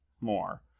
More